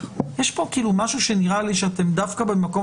יש פה כאילו משהו שנראה לי שאתם דווקא במקום